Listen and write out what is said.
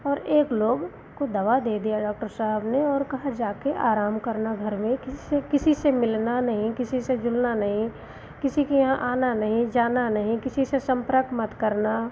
और एक लोग को दवा दे दिया डॉक्टर साहब ने और कहा जाकर आराम करना घर में किसी से मिलना नहीं किसी से जुलना नहीं किसी के यहाँ आना नहीं जाना नहीं किसी से संपर्क मत करना